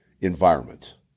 environment